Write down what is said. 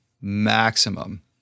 maximum